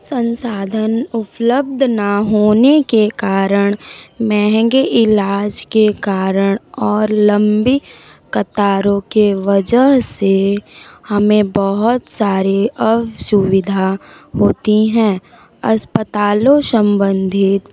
संसाधन उपलब्ध न होने के कारण महंगे इलाज के कारण और लम्बी कतारों के वजह से हमें बहुत सारे असुविधा होती हैं अस्पतालों सम्बंधों